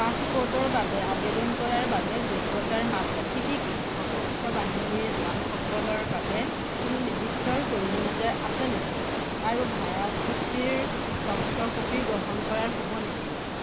পাছপোৰ্টৰ বাবে আবেদন কৰাৰ বাবে যোগ্যতাৰ মাপকাঠি কি কি সসস্ত্ৰ বাহিনীৰ জোৱানসকলৰ বাবে কোনো নিৰ্দিষ্ট প্ৰয়োজনীয়তা আছে নেকি আৰু ভাড়া চুক্তিৰ চফ্ট ক'পি গ্ৰহণ কৰা হ'ব নেকি